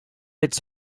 its